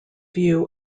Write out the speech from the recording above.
view